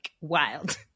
wild